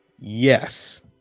Yes